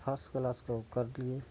तो first class का वो कर दिया